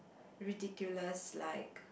ridiculous like